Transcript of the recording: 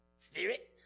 Spirit